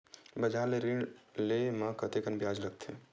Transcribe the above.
बजार ले ऋण ले म कतेकन ब्याज लगथे?